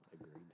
Agreed